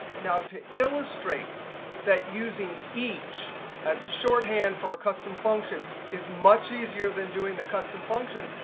now to illustrate that using each as a shorthand for a custom function is much easier than doing the custom function,